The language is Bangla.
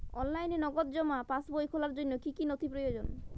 অনলাইনে নগদ জমা পাসবই খোলার জন্য কী কী নথি প্রয়োজন?